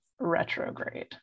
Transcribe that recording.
retrograde